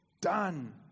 done